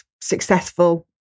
successful